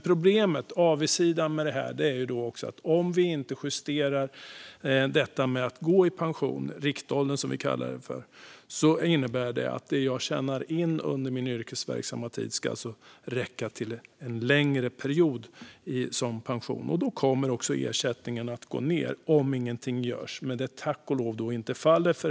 Problemet, avigsidan, med det är att om vi inte justerar detta med att gå i pension - riktåldern, som vi kallar det - ska det som jag tjänar in under min yrkesverksamma tid räcka till en längre pensionsperiod. Då kommer också ersättningen att gå ned, om ingenting görs. Men det är tack och lov inte fallet.